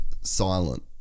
silent